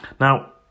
Now